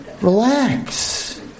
Relax